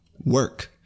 work